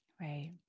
Right